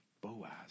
Boaz